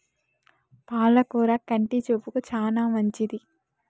పాల కూర కంటి చూపుకు చానా మంచిది